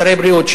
שרי בריאות,